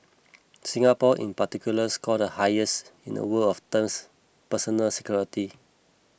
Singapore in particular scored the highest in the world of terms personal security